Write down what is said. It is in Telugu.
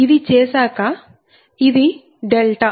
ఇది చేశాక ఇది డెల్టా